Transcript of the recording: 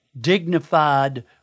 dignified